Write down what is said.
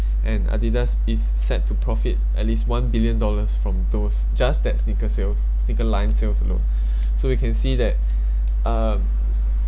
and adidas is set to profit at least one billion dollars from those just that sneakers sales sneakers line sales alone so we can see that um